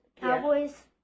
Cowboys